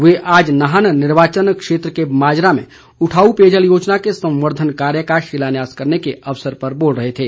वे आज नाहन निर्वाचन क्षेत्र के माजरा में उठाऊ पेयजल योजना के संवर्धन कार्य का शिलान्यास करने के अवसर पर बोल रहे थे